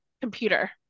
computer